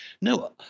No